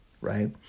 right